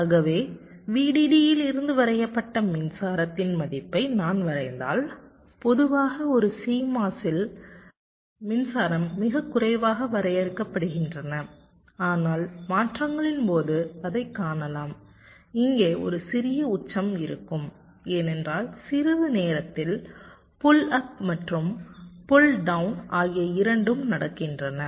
ஆகவே VDD யிலிருந்து வரையப்பட்ட மின்சாரத்தின் மதிப்பை நான் வரைந்தால் பொதுவாக ஒரு CMOS இல் மின்சாரம் மிகக் குறைவாக வரையப்படுகின்றன ஆனால் மாற்றங்களின் போது அதைக் காணலாம் இங்கே ஒரு சிறிய உச்சம் இருக்கும் ஏனென்றால் சிறிது நேரத்தில் புல் அப் மற்றும் புல் டௌன் ஆகிய இரண்டும் நடக்கின்றன